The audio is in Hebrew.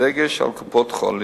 בדגש על קופות-החולים,